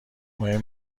مهم